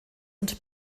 und